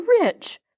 rich